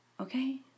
okay